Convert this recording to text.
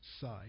side